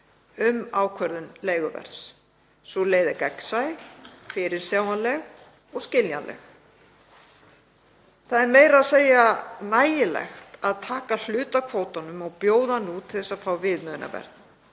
um ákvörðun leiguverðs. Sú leið er gegnsæ, fyrirsjáanleg og skiljanleg. Það er meira að segja nægilegt að taka hluta af kvótanum og bjóða hann út til að fá viðmiðunarverð.